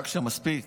מספיק.